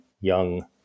young